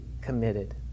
committed